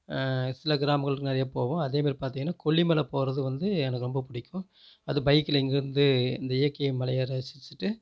சில கிராமங்களுக்கு நிறைய போவோம் அதேமாதிரி பார்த்தீங்கன்னா கொல்லி மலை போகறது வந்து எனக்கு ரொம்ப பிடிக்கும் அது பைக்கில் இங்கேருந்து இந்த இயற்கை மலையை ரசிச்சிவிட்டு